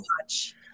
watch